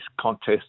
contest